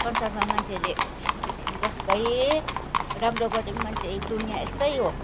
संसारमा मान्छेहरूले जस्तै राम्रो गरे पनि मान्छे दुनिया यस्तै हो